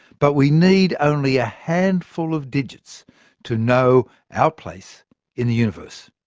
but we need only a handful of digits to know our place in the universe.